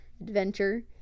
adventure